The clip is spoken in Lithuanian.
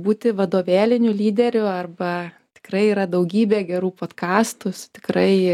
būti vadovėliniu lyderiu arba tikrai yra daugybė gerų podkastų su tikrai